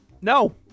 No